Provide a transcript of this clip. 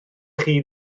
chi